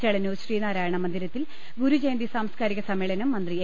ചേളന്നൂർ ശ്രീനാരായണ മന്ദിര ത്തിൽ ഗുരുജയന്തി സാംസ്കാരിക സമ്മേളനം മന്ത്രി എ